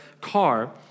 car